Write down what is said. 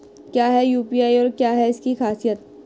क्या है यू.पी.आई और क्या है इसकी खासियत?